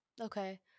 Okay